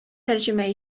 тәрҗемә